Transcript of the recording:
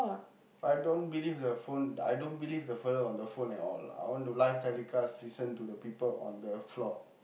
I don't believe the phone I don't believe the fellow on the phone at all I want to live telecast listen to the people on the floor